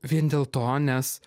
vien dėl to nes